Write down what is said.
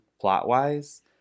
plot-wise